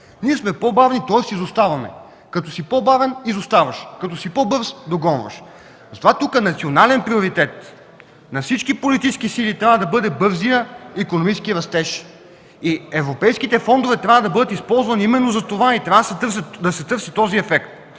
Ние сме по-бавни, тоест изоставаме. Като си по-бавен, изоставаш, като си по-бърз, догонваш. Затова национален приоритет за всички политически сили трябва да бъде бързият икономически растеж. Европейските фондове трябва да бъдат използвани именно за това и трябва да се търси този ефект.